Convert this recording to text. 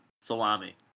Salami